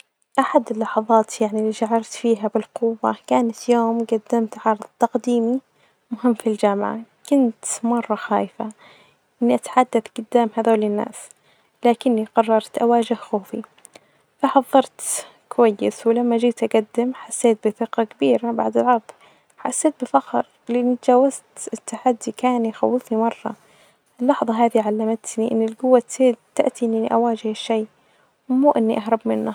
أحد اللحظات يعني شعرت فيها بالقوة، كانت يوم جدمت تقديمي مهم في الجامعة كنت مرة خايفة إني أتحدث جدام هادول الناس لكني قررت أواجه خوفي فحظرت كويس ولما جيت أجدم حسيت بثقة كبيرة بعد العرض حجسيت بفخر لإني أتجاوزت التحدي كان يخوفني مرة، اللحظة هادي علمتني إن الجوة ت-تأتي إني أواجهه الشئ ومو إني أهرب منه.